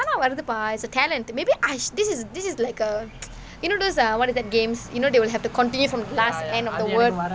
தான வருதுபா:thaana varuthupaa it's a talent maybe I this is this is like a you know those err what is that games you know they will have to continue from last end of the word